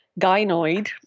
gynoid